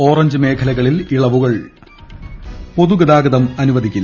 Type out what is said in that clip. orange മേഖലകളിൽ ഇളവുകൾ പൊതുഗതാഗതം അനുവദിക്കില്ല